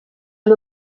han